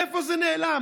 איפה זה נעלם?